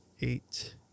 eight